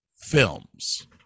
films